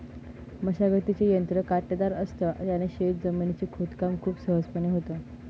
मशागतीचे यंत्र काटेदार असत, त्याने शेत जमिनीच खोदकाम खूप सहजपणे होतं